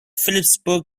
phillipsburg